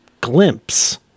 glimpse